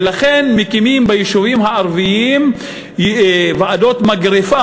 ולכן מקימים ביישובים הערביים ועדות מגרפה,